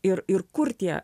ir ir kur tie